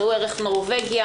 ראו ערך נורווגיה,